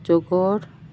যোগৰ